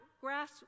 grass